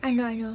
I know I know